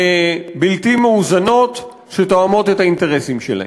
ובלתי מאוזנות שתואמות את האינטרסים שלהם.